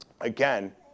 again